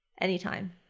Anytime